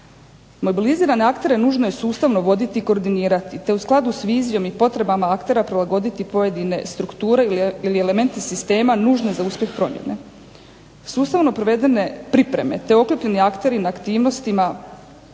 Mobilizirane aktere nužno je sustavno voditi i koordinirati, te u skladu s vizijom i potrebama aktera prilagoditi pojedine strukture ili elementi sistema nužne za uspjeh promjene. Sustavno provedene pripreme, te okupljeni akteri na aktivnostima